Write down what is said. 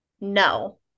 no